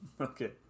Okay